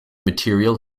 material